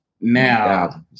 Now